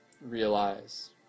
realize